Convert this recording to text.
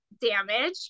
damage